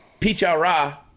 Pichara